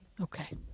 Okay